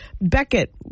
Beckett